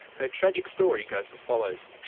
her tragic story goes as follows.